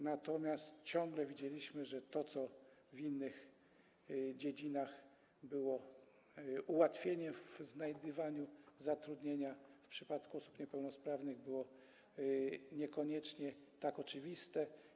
Natomiast ciągle widzieliśmy, że to, co w innych dziedzinach było ułatwieniem w znajdywaniu zatrudnienia, w przypadku osób niepełnosprawnych było niekoniecznie tak oczywiste.